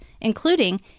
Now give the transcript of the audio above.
including